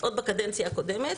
עוד בקדנציה הקודמת,